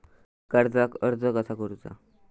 कर्जाक अर्ज कसा करुचा?